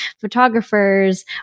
photographers